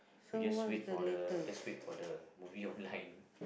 we just wait for just wait for movie online